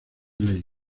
ley